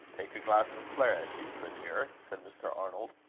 take a glass of claret, euphra, dear? said mr. arnold.